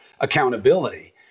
accountability